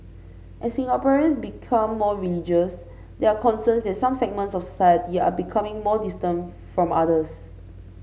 as Singaporeans become more religious there are concerns that some segments of society are becoming more distant from others